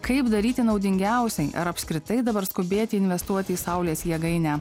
kaip daryti naudingiausiai ar apskritai dabar skubėti investuoti į saulės jėgainę